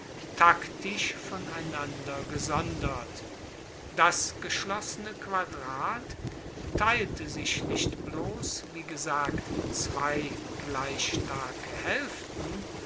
taktisch voneinander gesondert das geschlossene quadrat teilte sich nicht bloss wie gesagt in zwei gleich starke